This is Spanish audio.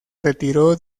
retiró